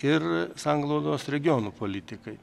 ir sanglaudos regionų politikai